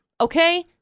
Okay